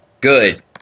Good